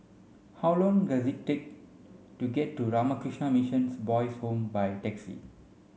how long does it take to get to Ramakrishna Missions Boys' Home by taxi